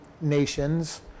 nations